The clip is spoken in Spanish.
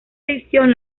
edición